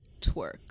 twerk